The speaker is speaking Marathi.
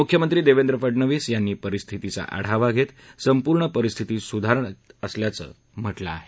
मुख्यमंत्री देवेंद्र फडणवीस यांनी परिस्थीचा आढावा घेत संपूर्ण परिस्थितीत सुधारणा होत असल्याचं सांगितलं आहे